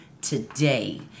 today